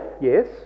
yes